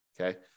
Okay